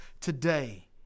today